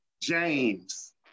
James